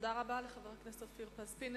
תודה רבה לחבר הכנסת אופיר פינס-פז.